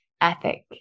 ethic